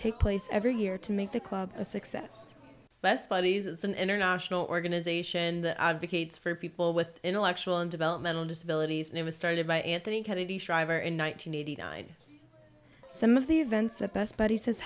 take place every year to make the club a success best buddies it's an international organization that advocates for people with intellectual and developmental disabilities and it was started by anthony kennedy shriver in one thousand nine hundred ninety some of the events at best but he says